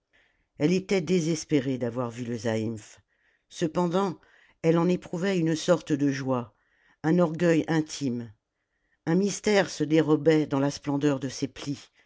elle était désespérée d'avoir vu le zaïmph cependant elle en éprouvait une sorte de joie un orgueil intime un mystère se dérobait dans la splendeur de ses plis